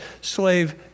slave